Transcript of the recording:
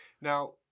Now